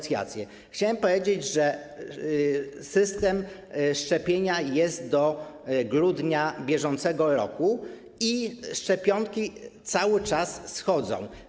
Chciałem powiedzieć, że system szczepień jest do grudnia br. i szczepionki cały czas schodzą.